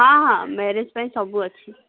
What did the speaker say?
ହଁ ହଁ ମ୍ୟାରେଜ୍ ପାଇଁ ସବୁ ଅଛି